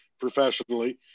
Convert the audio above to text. professionally